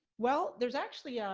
well, there's actually, yeah